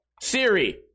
Siri